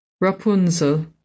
Rapunzel